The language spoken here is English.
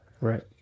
Right